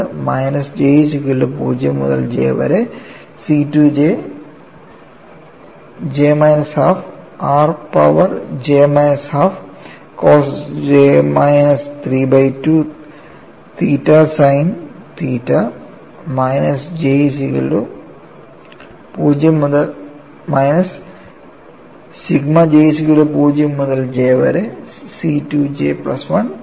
അത് minus sigma j 0 മുതൽ j വരെ C2j j minus half r power j minus half cos j minus 3 by 2 theta sine theta minus sigma j 0 മുതൽ j വരെ C 2 j 1